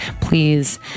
Please